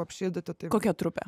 apšildyti tai kokia trupė